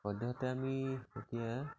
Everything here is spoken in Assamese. সদ্যহতে আমি এতিয়া